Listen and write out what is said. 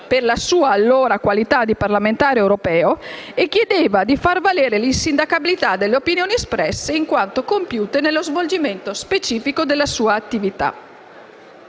per la sua allora qualità di parlamentare europeo, e chiedeva di far valere l'insindacabilità delle opinioni espresse in quanto compiute nello svolgimento specifico della sua attività.